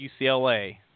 UCLA